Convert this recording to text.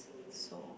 so